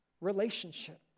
relationship